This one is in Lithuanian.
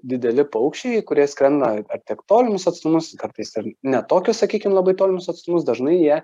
dideli paukščiai kurie skrenda ar ar tiek tolimus atstumus kartais ir ne tokius sakykim labai tolimus atstumus dažnai jie